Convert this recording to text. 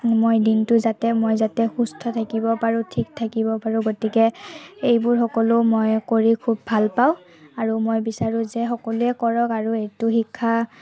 মই দিনটো যাতে মই যাতে সুস্থ থাকিব পাৰোঁ ঠিক থাকিব পাৰোঁ গতিকে এইবোৰ সকলো মই কৰি খুব ভাল পাওঁ আৰু মই বিচাৰোঁ যে সকলোৱে কৰক আৰু এইটো শিক্ষা